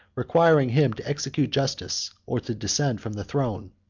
requiring him to execute justice, or to descend from the throne.